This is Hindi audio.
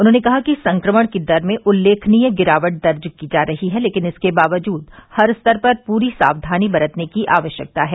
उन्होंने कहा कि संक्रमण की दर में उल्लेखनीय गिरावट दर्ज की जा रही है लेकिन इसके बावजूद हर स्तर पर पूरी सावधानी बरतने की आवश्यकता है